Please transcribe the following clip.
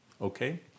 okay